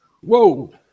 Whoa